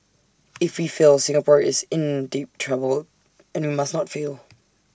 if we fail Singapore is in deep trouble and we must not fail